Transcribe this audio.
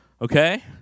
okay